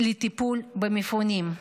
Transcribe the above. לטיפול במפונים.